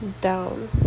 down